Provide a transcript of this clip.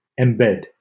embed